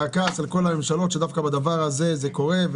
הכעס על כל הממשלות שדווקא בדבר הזה זה קורה.